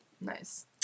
Nice